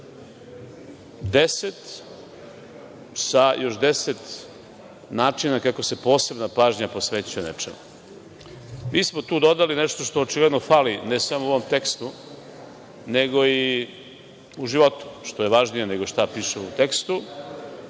ih 10 sa još 10 načina kako se posebna pažnja posvećuje nečemu. Mi smo tu dodali nešto što očigledno fali ne samo u ovom tekstu, nego i u životu, što je važnije, nego što piše u tekstu,